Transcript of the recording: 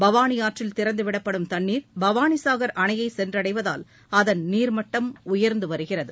பவாளி ஆற்றில் திறந்துவிடப்படும் தண்ணீர் பவாளிசாகர் அணையை சென்றடைவதால் அதன் நீர்மட்டம் உயர்ந்துவருகிறது